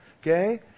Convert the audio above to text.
Okay